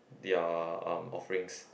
their uh offerings